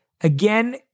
Again